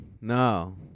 No